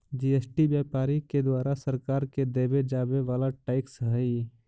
GST व्यापारि के द्वारा सरकार के देवे जावे वाला टैक्स हई